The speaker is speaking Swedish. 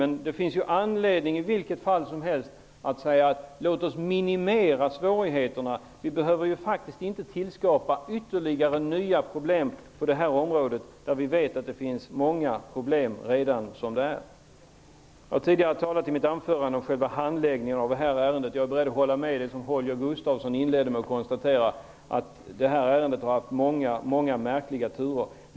Men det finns ju ändå anledning att säga: Låt oss minimera svårigheterna! Vi behöver ju faktiskt inte tillskapa ytterligare nya problem på detta område, där vi vet att det redan nu finns många problem. Jag talade i mitt anförande om själva handläggningen av detta ärende. Jag är beredd att hålla med om det som Holger Gustafsson inledde med att konstatera, att detta ärende har haft många märkliga turer.